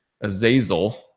azazel